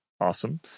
awesome